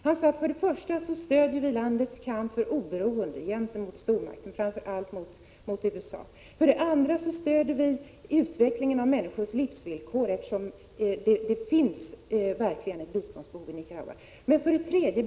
Han sade: För det första stöder vi landets kamp för oberoende gentemot stormakterna, framför allt gentemot USA. För det andra stöder vi utvecklingen av människors livsvillkor, eftersom det verkligen finns ett biståndsbehov i Nicaragua.